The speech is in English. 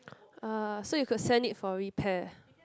uh so you could send it for repair